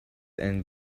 and